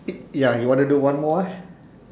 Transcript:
ya you want to do one more